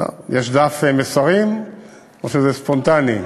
טוב, יש דף מסרים או שזה ספונטני?